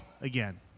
again